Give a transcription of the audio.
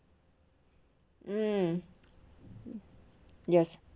mm yes